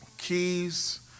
Keys